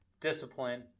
discipline